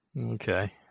Okay